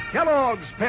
Kellogg's